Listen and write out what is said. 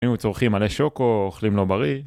אם הוא צורכים מלא שוקו, או אוכלים לא בריא